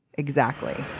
exactly